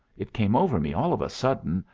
it came over me all of a sudden,